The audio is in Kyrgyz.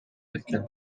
кеткен